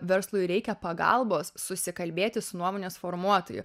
verslui reikia pagalbos susikalbėti su nuomonės formuotoju